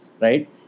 right